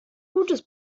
gutes